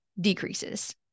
decreases